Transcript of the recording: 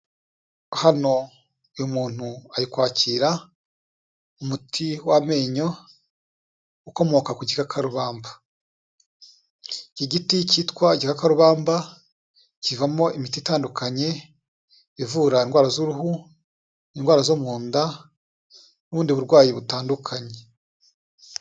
Hano uyu muntu ari kwakirati w'amenyo ukomoka ku gikakarubamba, igiti cy'igikakarubamba kivamo imiti itandukanye ivura indwara z'uruhu, indwara zo mu nda n'ubundi burwayi butandukanye.